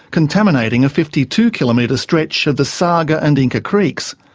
contaminating a fifty two kilometre stretch of the saga and inca creeks.